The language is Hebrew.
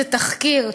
זה תחקיר,